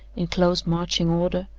in close marching order,